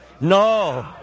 No